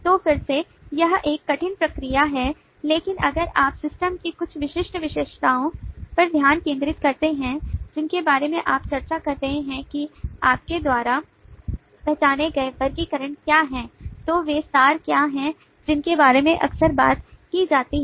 तो फिर से यह एक कठिन प्रक्रिया है लेकिन अगर आप सिस्टम की कुछ विशिष्ट विशेषताओं पर ध्यान केंद्रित करते हैं जिनके बारे में आप चर्चा कर रहे हैं कि आपके द्वारा पहचाने गए वर्गीकरण क्या हैं तो वे सार क्या हैं जिनके बारे में अक्सर बात की जाती है